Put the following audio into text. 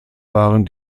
waren